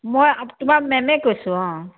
মই আপ তোমাৰ মেমে কৈছোঁ অঁ